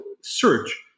search